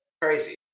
crazy